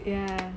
ya